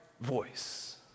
voice